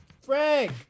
Frank